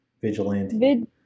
vigilante